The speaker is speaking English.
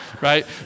right